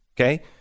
Okay